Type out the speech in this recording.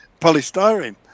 polystyrene